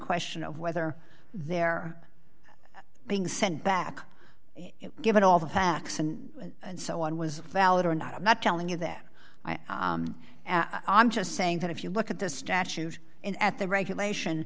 question of whether they're being sent back given all the facts and and so on was valid or not i'm not telling you that i'm just saying that if you look at the statute and at the regulation